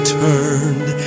turned